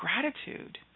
gratitude